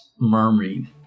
murmuring